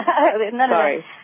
Sorry